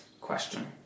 question